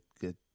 good